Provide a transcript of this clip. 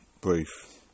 brief